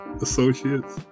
associates